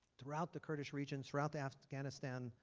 throughout the kurdish region throughout the afghanistan,